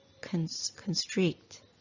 constrict